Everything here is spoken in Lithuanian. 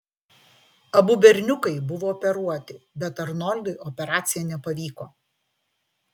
abu berniukai buvo operuoti bet arnoldui operacija nepavyko